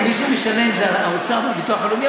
מי שמשלם זה האוצר והביטוח הלאומי,